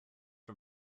for